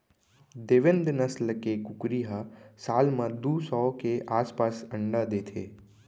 देवेन्द नसल के कुकरी ह साल म दू सौ के आसपास अंडा देथे